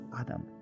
Adam